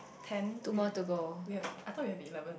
ten we we have I thought we have eleven